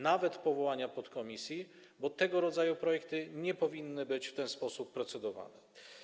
Nawet można by powołać podkomisję, bo tego rodzaju projekty nie powinny być w ten sposób procedowane.